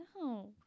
No